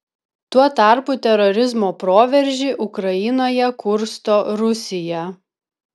tuo tarpu terorizmo proveržį ukrainoje kursto rusija